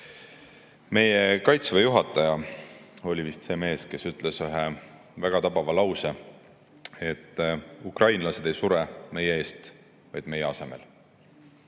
mõju. Meie Kaitseväe juhataja oli vist see mees, kes ütles ühe väga tabava lause: ukrainlased ei sure meie eest, vaid meie asemel.